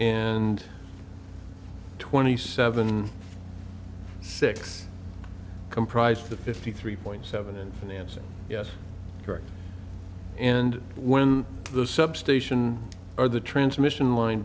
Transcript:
and twenty seven six comprise the fifty three point seven in financing yes correct and when the substation or the transmission line